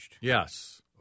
Yes